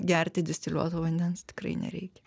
gerti distiliuoto vandens tikrai nereikia